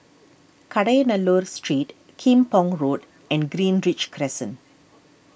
Kadayanallur Street Kim Pong Road and Greenridge Crescent